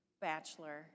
bachelor